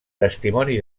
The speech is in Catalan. testimoni